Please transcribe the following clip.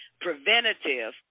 preventative